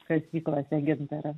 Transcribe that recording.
kasyklose gintarą